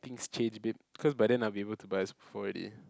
things change babe cause by then I'll be able to buy a already